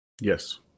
Yes